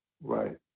Right